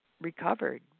recovered